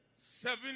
Seven